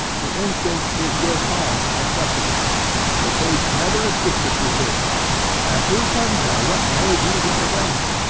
the instance is without a precedent the case never existed before and who can tell what may be the event?